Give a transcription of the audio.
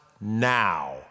now